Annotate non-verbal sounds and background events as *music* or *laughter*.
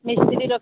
ମିସ୍ତ୍ରୀ *unintelligible*